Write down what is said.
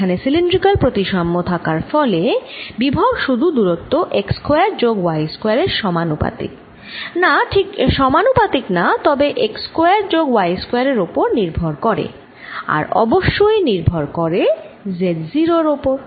এখানে সিলিন্ড্রিকাল প্রতিসাম্য থাকার ফলে বিভব শুধু দুরত্ব x স্কয়ার যোগ y স্কয়ার এর সমানুপাতিক না ঠিক সমানুপাতিক না তবে x স্কয়ার যোগ y স্কয়ার এর ওপর নির্ভর করে আর অবশ্যই নির্ভর করে Z0 এর ওপর